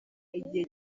igihe